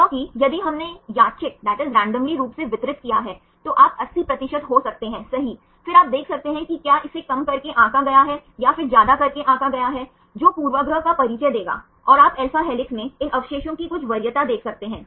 क्योंकि यदि हमने यादृच्छिक रूप से वितरित किया है तो आप 80 प्रतिशत हो सकते हैं सही फिर आप देख सकते हैं कि क्या इसे कम करके आंका गया है या फिर ज्यादा करके आंका गया है जो पूर्वाग्रह का परिचय देगा और आप alpha हेलिक्स में इन अवशेषों की कुछ वरीयता देख सकते हैं